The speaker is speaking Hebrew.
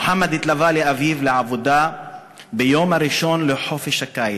מוחמד התלווה לאביו לעבודה ביום הראשון לחופשת הקיץ,